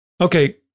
okay